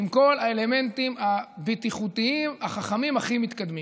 עם כל האלמנטים הבטיחותיים החכמים הכי מתקדמים.